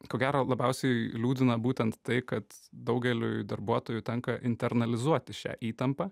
ko gero labiausiai liūdina būtent tai kad daugeliui darbuotojų tenka internalizuoti šią įtampą